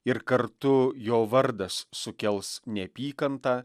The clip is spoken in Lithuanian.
ir kartu jo vardas sukels neapykantą